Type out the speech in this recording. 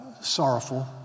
sorrowful